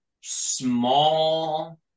small